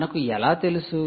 మనకు ఎలా తెలుసు